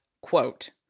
quote